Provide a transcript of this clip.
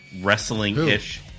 wrestling-ish